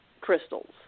crystals